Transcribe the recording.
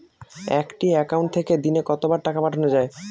একটি একাউন্ট থেকে দিনে কতবার টাকা পাঠানো য়ায়?